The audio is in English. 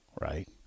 right